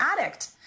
addict